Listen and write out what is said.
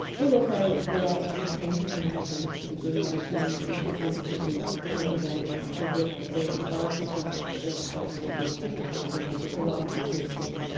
we also liaise with the transplanting teams to begin matching recipients recipients with the organ donor. we work with the laboratory staff at the red cross to do tissue typing and serology testing.